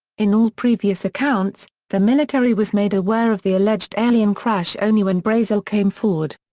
in all previous accounts, the military was made aware of the alleged alien crash only when brazel came forward.